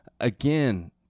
Again